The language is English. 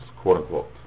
quote-unquote